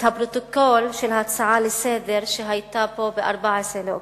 את הפרוטוקול של ההצעה לסדר-היום שהיתה פה ב-14 באוקטובר.